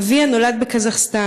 אביה נולד בקזחסטן,